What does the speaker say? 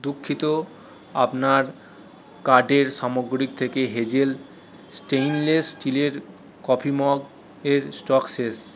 দুঃখিত আপনার কার্টের সামগ্রী থেকে হেজেল স্টেনলেস স্টিলের কফি মগ এর স্টক শেষ